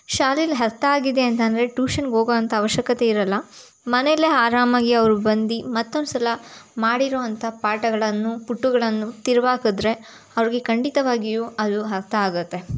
ಶಾಲೆಲ್ಲಿ ಅರ್ಥ ಆಗಿದೆ ಅಂತ ಅಂದರೆ ಟೂಷನ್ಗೆ ಹೋಗೋ ಅಂಥ ಅವಶ್ಯಕತೆ ಇರೋಲ್ಲ ಮನೇಲ್ಲೆ ಆರಾಮಾಗಿ ಅವ್ರು ಬಂದು ಮತ್ತೊಂದು ಸಲ ಮಾಡಿರೋಂಥ ಪಾಠಗಳನ್ನು ಪುಟಗಳನ್ನು ತಿರುವಾಕಿದ್ರೆ ಅವ್ರಿಗೆ ಖಂಡಿತವಾಗಿಯೂ ಅದು ಅರ್ಥ ಆಗುತ್ತೆ